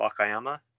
Wakayama